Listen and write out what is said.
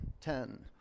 ten